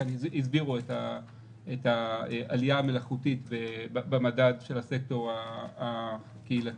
והסבירו כאן את העלייה המלאכותית במדד של הסקטור הקהילתי.